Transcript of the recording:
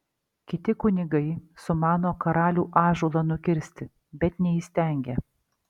kiti kunigai sumano karalių ąžuolą nukirsti bet neįstengia